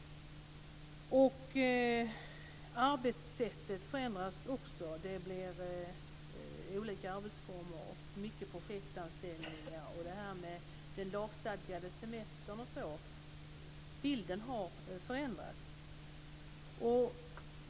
Arbetssättet förändras också. Det blir olika arbetsformer och många projektanställningar. Bilden av den lagstadgade semestern etc. har förändrats.